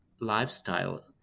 lifestyle